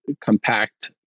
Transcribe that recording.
compact